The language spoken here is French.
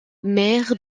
maire